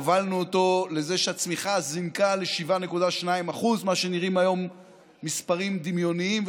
הובלנו אותו לזה שהצמיחה זינקה ל-7.2% שנראים היום מספרים דמיוניים,